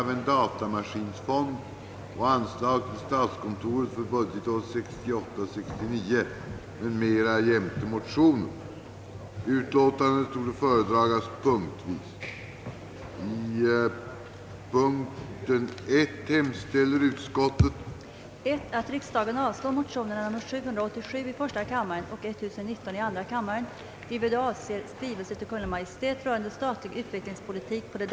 Enligt propositionen borde den nya organisationen i sin helhet gälla från och med den 1 juli 1969. Redan dessförinnan borde det föreslagna systemet dock kunna tillämpas vid anskaffning av enstaka ADB-anläggningar om det visade sig lämpligt. Fonden skulle förvaltas av statskontoret.